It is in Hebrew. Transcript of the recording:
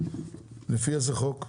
לפי איזה חוק?